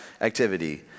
activity